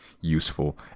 useful